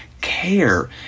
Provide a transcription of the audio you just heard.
care